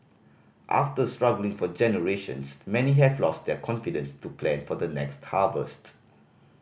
after struggling for generations many have lost their confidence to plan for the next harvest